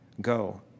Go